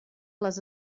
les